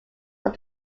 from